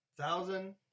thousand